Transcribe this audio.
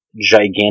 gigantic